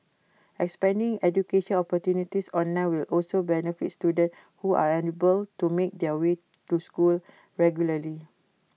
expanding education opportunities online will also benefit students who are unable to make their way to school regularly